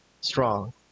strong